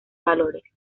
valores